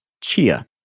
Chia